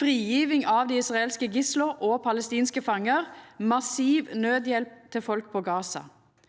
frigjeving av dei israelske gislane og palestinske fangar og massiv naudhjelp til folk på Gaza.